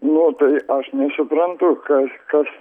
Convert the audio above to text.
nu tai aš nesuprantu kas kas